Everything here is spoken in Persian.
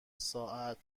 ساعت